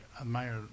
admire